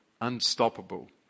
Unstoppable